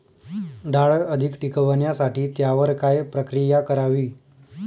डाळ अधिक टिकवण्यासाठी त्यावर काय प्रक्रिया करावी?